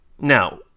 now